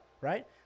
right